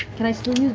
can i still